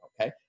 okay